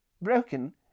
broken